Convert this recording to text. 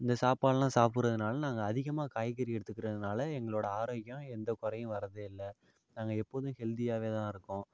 இந்த சாப்பால்லாம் சாப்பிட்றதுனால நாங்கள் அதிகமாக காய்கறி எடுத்துக்கிறதுனால எங்களோட ஆரோக்கியம் எந்த குறையும் வரதே இல்லை நாங்கள் எப்போதும் ஹெல்த்தியாவேதான் இருக்கோம்